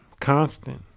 constant